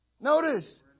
Notice